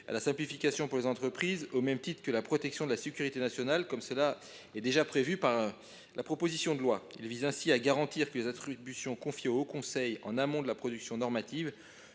à la simplification pour les entreprises au même titre que celles qui concernent la protection de la sécurité nationale, comme c’est déjà prévu par la proposition de loi. Il s’agit de garantir que les attributions confiées au haut conseil en amont de la production normative